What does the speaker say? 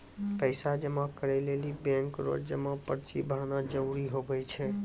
पैसा जमा करै लेली बैंक रो जमा पर्ची भरना जरूरी हुवै छै